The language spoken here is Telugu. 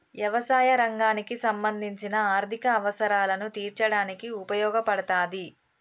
యవసాయ రంగానికి సంబంధించిన ఆర్ధిక అవసరాలను తీర్చడానికి ఉపయోగపడతాది